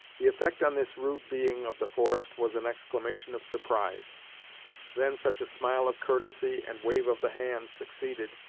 the effect on this rude being of the forest was an exclamation of surprise then such a smile of courtesy, and wave of the hand, succeeded,